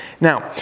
Now